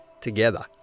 Together